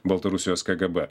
baltarusijos kgb